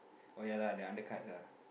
oh yeah lah the undercut ah